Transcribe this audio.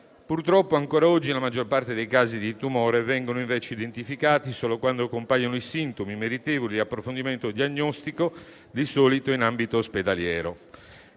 Purtroppo ancora oggi la maggior parte dei casi di tumore viene identificata solo quando compaiono i sintomi meritevoli di approfondimento diagnostico, di solito in ambito ospedaliero.